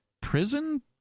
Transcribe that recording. prison